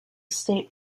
state